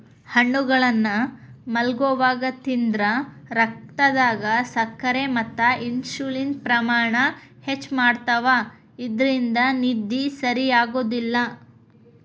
ಹಣ್ಣುಗಳನ್ನ ಮಲ್ಗೊವಾಗ ತಿಂದ್ರ ರಕ್ತದಾಗ ಸಕ್ಕರೆ ಮತ್ತ ಇನ್ಸುಲಿನ್ ಪ್ರಮಾಣ ಹೆಚ್ಚ್ ಮಾಡ್ತವಾ ಇದ್ರಿಂದ ನಿದ್ದಿ ಸರಿಯಾಗೋದಿಲ್ಲ